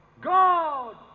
God